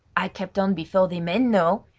i kept on before the men, though!